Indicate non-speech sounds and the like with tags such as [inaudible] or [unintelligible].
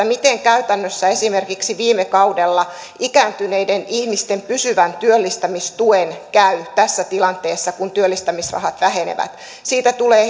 [unintelligible] miten käytännössä esimerkiksi viime kaudella ikääntyneiden ihmisten pysyvän työllistämistuen käy tässä tilanteessa kun työllistämisrahat vähenevät siitä tulee [unintelligible]